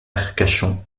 arcachon